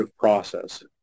process